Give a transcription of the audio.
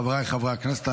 חבריי חברי הכנסת,